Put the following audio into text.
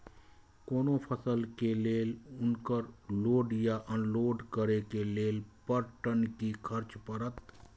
कोनो फसल के लेल उनकर लोड या अनलोड करे के लेल पर टन कि खर्च परत?